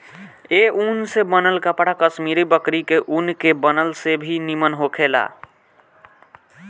ए ऊन से बनल कपड़ा कश्मीरी बकरी के ऊन के बनल से भी निमन होखेला